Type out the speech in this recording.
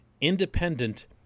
independent